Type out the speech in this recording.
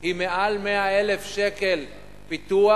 היא מעל 100,000 שקל פיתוח,